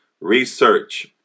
Research